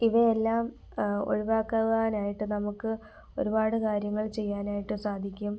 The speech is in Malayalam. ഇവയെല്ലാം ഒഴിവാക്കുവാനായിട്ട് നമുക്ക് ഒരുപാട് കാര്യങ്ങൾ ചെയ്യാനായിട്ട് സാധിക്കും